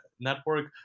network